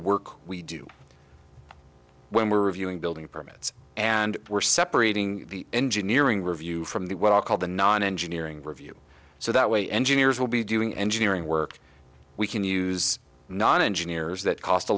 work we do when we're reviewing building permits and we're separating the engineering review from the what are called the non engineering review so that way engineers will be doing engineering work we can use not engineers that cost a